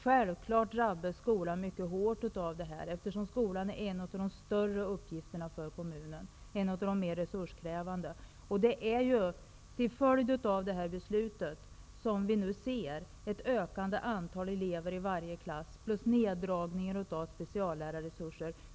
Självfallet drabbades skolan mycket hårt av detta, eftersom skolan är en av de större och en av de mer resurskrävande uppgifterna för kommunerna. Det är en följd av beslutet att minska statsbidraget till kommunerna att vi nu har fått ett ökande antal elever i varje klass och en minskning av speciallärarresurserna.